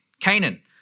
Canaan